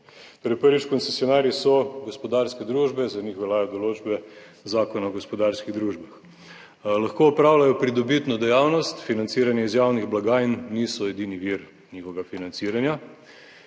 Torej prvič, koncesionarji so gospodarske družbe, za njih veljajo določbe Zakona o gospodarskih družbah. Lahko opravljajo pridobitno dejavnost, financiranje iz javnih blagajn, niso edini vir njihovega financiranja